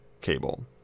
Cable